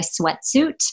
sweatsuit